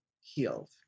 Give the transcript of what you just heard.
healed